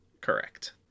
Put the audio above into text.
Correct